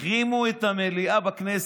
יחרימו את המליאה בכנסת".